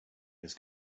his